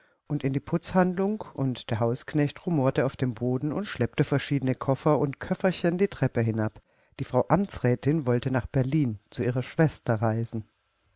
und in die putzhandlung und der hausknecht rumorte auf dem boden und schleppte verschiedene koffer und köfferchen die treppe hinab die frau amtsrätin wollte nach berlin zu ihrer schwester reisen